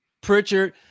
Pritchard